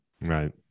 Right